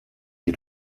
sie